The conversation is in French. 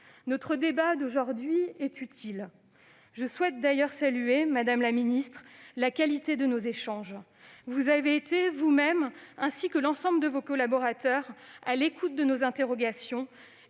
Notre débat d'aujourd'hui est utile. Je souhaite d'ailleurs saluer, madame la ministre, la qualité de nos échanges. Vous-même et l'ensemble de vos collaborateurs avez été à l'écoute de nos interrogations,